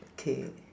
okay